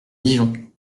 dijon